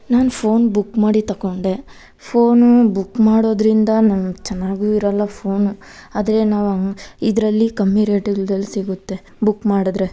ನಾನು phone book ಮಾಡಿ ತೊಕೊಂಡೆ ಫೋನು ಬುಕ್ ಮಾಡೋದ್ರಿಂದ ನನಗೆ ಚೆನ್ನಾಗೂ ಇರಲ್ಲ ಫೋನು ಆದರೆ ನಾವು ಹಂಗ್ ಇದರಲ್ಲಿ ಕಮ್ಮಿ ರೇಟಿಲ್ದಲ್ಲಿ ಸಿಗುತ್ತೆ ಬುಕ್ ಮಾಡಿದ್ರೆ